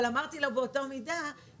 אבל באותה מידה אמרתי לו,